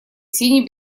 синей